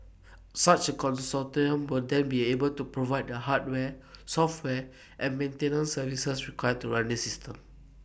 such A consortium will then be able to provide the hardware software and maintenance services required to run this system